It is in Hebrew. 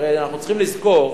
הרי צריך לזכור,